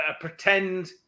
pretend